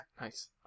nice